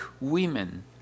women